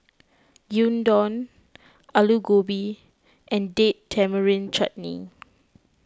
Gyudon Alu Gobi and Date Tamarind Chutney